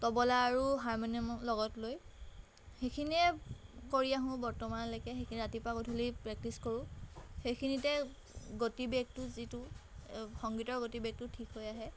তবলা আৰু হাৰমনিয়াম লগত লৈ সেইখিনিয়ে কৰি আহোঁ বৰ্তমানলৈকে সেইখিনি ৰাতিপুৱা গধূলি প্ৰেক্টিচ কৰোঁ সেইখিনিতে গতিবেগটো যিটো সংগীতৰ গতিবেগটো ঠিক হৈ আহে